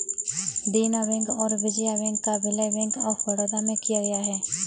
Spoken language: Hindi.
देना बैंक और विजया बैंक का विलय बैंक ऑफ बड़ौदा में किया गया है